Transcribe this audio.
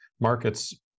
Markets